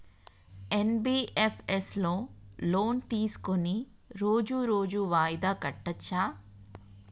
NBFS లో loan తీస్కొని రోజు రోజు వాయిదా కట్టచ్ఛా?